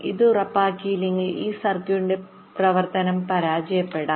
ഇത് ഉറപ്പാക്കിയില്ലെങ്കിൽ ഈ സർക്യൂട്ടിന്റെ പ്രവർത്തനം പരാജയപ്പെടാം